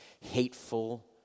hateful